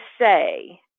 say